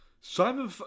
Simon